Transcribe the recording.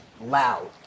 loud